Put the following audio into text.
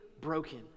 broken